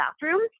bathrooms